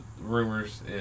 rumors